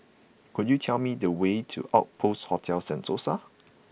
could you tell me the way to Outpost Hotel Sentosa